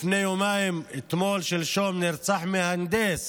לפני יומיים נרצח מהנדס